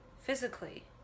physically